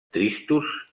tristos